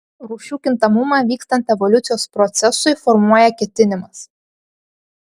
rūšių kintamumą vykstant evoliucijos procesui formuoja ketinimas